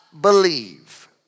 believe